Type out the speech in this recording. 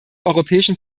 europäischen